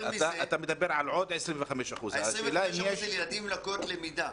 אתה מדבר על עוד 25%. ה-25% זה לילדים עם לקויות למידה,